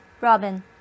Robin